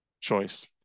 choice